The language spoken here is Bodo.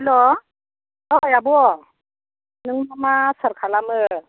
हेल्ल' ओइ आब' नों मा मा आसार खालामो